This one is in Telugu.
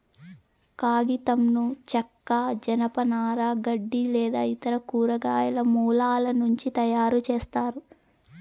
కాగితంను చెక్క, జనపనార, గడ్డి లేదా ఇతర కూరగాయల మూలాల నుంచి తయారుచేస్తారు